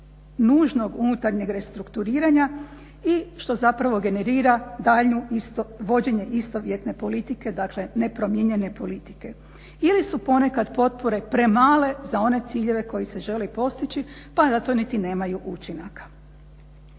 nužnog unutarnjeg restrukturiranja i što zapravo generira daljnje vođenje istovjetne politike, dakle nepromijenjene politike ili su ponekad potpore premale za one ciljeve koji se žele postići pa zato niti nemaju učinaka.